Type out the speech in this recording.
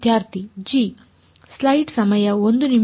ವಿದ್ಯಾರ್ಥಿ g